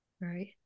Right